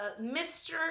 Mr